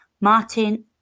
Martin